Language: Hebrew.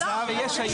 המצב שיש היום,